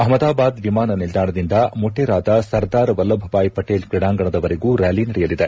ಅಹ್ಮದಾಬಾದ್ ವಿಮಾನ ನಿಲ್ದಾಣದಿಂದ ಮೊಟೇರಾದ ಸರ್ದಾರ್ ವಲ್ಲಭಭಾಯ್ ಪಟೇಲ್ ಕ್ರೀಡಾಂಗಣದವರೆಗೂ ರ್ಕಾಲಿ ನಡೆಯಲಿದೆ